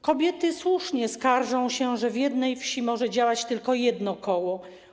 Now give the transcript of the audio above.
Kobiety słusznie skarżą się, że w jednej wsi może działać tylko jedno koło.